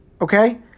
okay